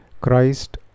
Christ